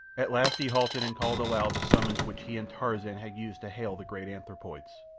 at last he halted and called aloud the summons which he and tarzan had used to hail the great anthropoids.